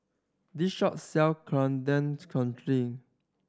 this shop sell Coriander Chutney